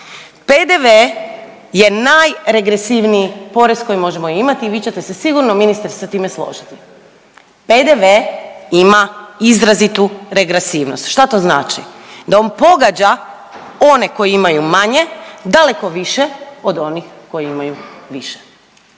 PDV je najregresivniji porez koji možemo imat i vi ćete se sigurno ministre sa time složiti. PDV ima izrazitu regresivnost. Šta to znači? Da on pogađa one koji imaju manje daleko više od onih koji imaju više.